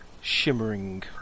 shimmering